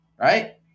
Right